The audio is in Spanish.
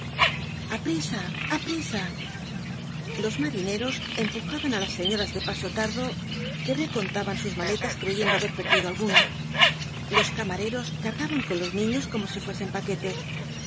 los remolcadores aprisa aprisa los marineros empujaban á las señoras de paso tardo que recontaban sus maletas creyendo haber perdido alguna los camareros cargaban con los niños como si fuesen paquetes